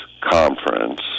Conference